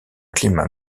climat